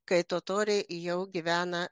kai totoriai jau gyvena